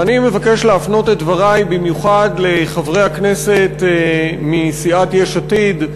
ואני מבקש להפנות את דברי במיוחד לחברי הכנסת מסיעת יש עתיד.